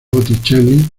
botticelli